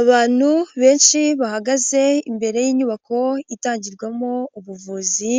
Abantu benshi bahagaze imbere y'inyubako itangirwamo ubuvuzi